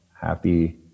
happy